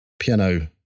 piano